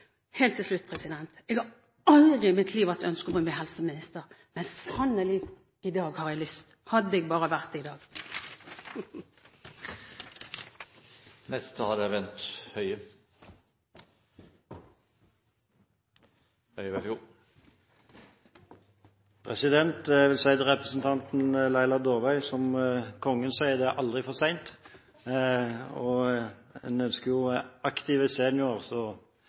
Helt til slutt: Jeg har aldri i mitt liv hatt ønske om å bli helseminister. Men sannelig, i dag har jeg lyst. Hadde jeg bare vært det i dag! Jeg vil si til representanten Dåvøy, som kongen sier, at det er aldri for sent. En ønsker jo aktive seniorer, så